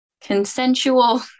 consensual